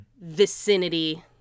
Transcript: vicinity